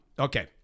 Okay